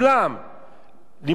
למנוע פעילות מיסיונרית,